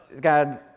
God